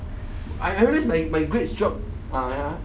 I I realized my my grades dropped ah ya